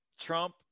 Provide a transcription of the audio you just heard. Trump